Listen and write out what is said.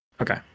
Okay